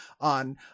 on